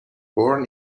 born